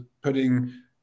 putting